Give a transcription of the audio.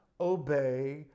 obey